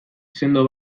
sendo